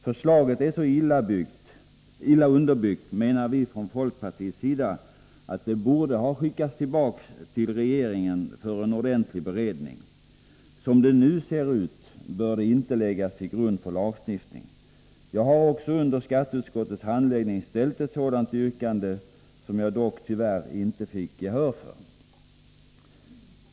Förslaget är enligt folkpartiets mening så illa underbyggt att det borde ha skickats tillbaka till regeringen för en ordentlig beredning. Som det nu ser ut bör det inte läggas till grund för lagstiftning. Jag har också under skatteutskottets handläggning ställt ett sådant yrkande som jag dock tyvärr inte fick gehör för.